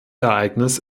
ereignis